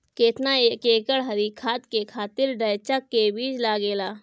केतना एक एकड़ हरी खाद के खातिर ढैचा के बीज लागेला?